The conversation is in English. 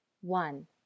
one